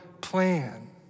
plan